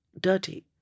dirty